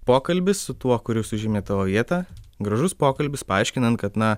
pokalbis su tuo kuris užėmė tavo vietą gražus pokalbis paaiškinant kad na